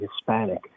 Hispanic